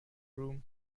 room